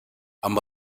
amb